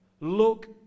look